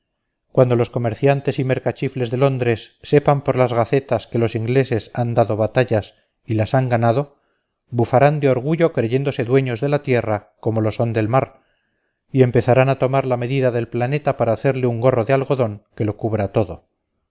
cuando los comerciantes y mercachifles de londres sepan por las gacetas que los ingleses han dado batallas y las han ganado bufarán de orgullo creyéndose dueños de la tierra como lo son del mar y empezarán a tomar la medida del planeta para hacerle un gorro de algodón que lo cubra todo